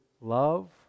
love